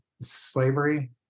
slavery